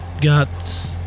got